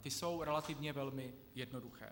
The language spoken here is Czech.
Ty jsou relativně velmi jednoduché.